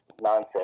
nonsense